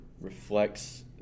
reflects